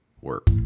work